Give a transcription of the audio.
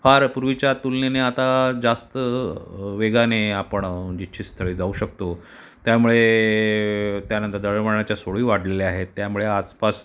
फार पूर्वीच्या तुलनेने आता जास्त वेगाने आपण इच्छितस्थळी जाऊ शकतो त्यामुळे त्यानंतर दळणवळणाच्या सोयी वाढलेल्या आहेत त्यामुळे आसपास